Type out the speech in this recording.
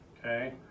okay